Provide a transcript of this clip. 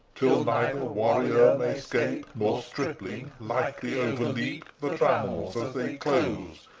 till neither warrior may scape, nor stripling lightly overleap the trammels as they close,